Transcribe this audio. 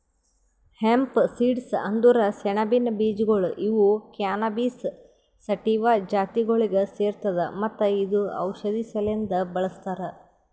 hemp seeds ಅಂದುರ್ ಸೆಣಬಿನ ಬೀಜಗೊಳ್ ಇವು ಕ್ಯಾನಬಿಸ್ ಸಟಿವಾ ಜಾತಿಗೊಳಿಗ್ ಸೇರ್ತದ ಮತ್ತ ಇದು ಔಷಧಿ ಸಲೆಂದ್ ಬಳ್ಸತಾರ್